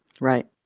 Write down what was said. Right